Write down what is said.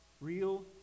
Real